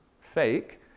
fake